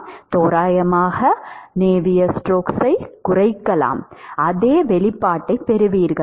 மற்றும் தோராயமாக Navier Stokes ஐக் குறைக்கலாம் அதே வெளிப்பாட்டைப் பெறுவீர்கள்